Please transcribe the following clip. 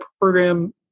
program